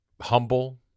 humble